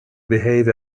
behave